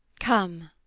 come,